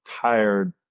tired